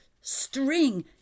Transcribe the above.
string